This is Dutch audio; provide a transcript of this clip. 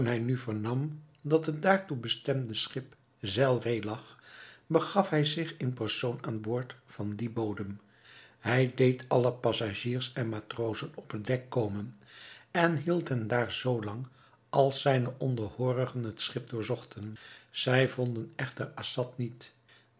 nu vernam dat het daartoe bestemde schip zeilree lag begaf hij zich in persoon aan boord van dien bodem hij deed alle passagiers en matrozen op het dek komen en hield hen daar zoo lang als zijne onderhoorigen het schip doorzochten zij vonden echter assad niet